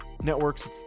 networks